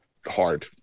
hard